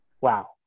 Wow